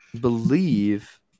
believe